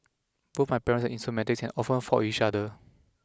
both my parents are in somatics and often fought with each other